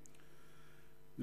ראשית,